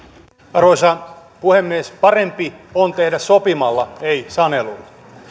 arvoisa puhemies parempi on tehdä sopimalla ei sanelulla